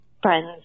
friends